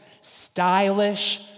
stylish